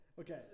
Okay